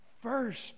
first